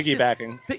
Piggybacking